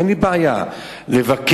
אין לי בעיה לבקר,